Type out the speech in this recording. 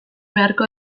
beharko